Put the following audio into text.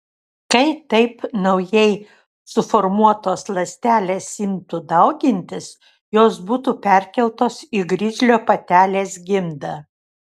kai taip naujai suformuotos ląstelės imtų daugintis jos būtų perkeltos į grizlio patelės gimdą